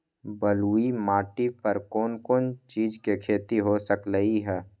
बलुई माटी पर कोन कोन चीज के खेती हो सकलई ह?